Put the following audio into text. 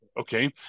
Okay